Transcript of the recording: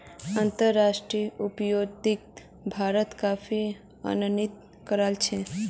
अंतर्राष्ट्रीय व्यापारोत भारत काफी उन्नति कराल छे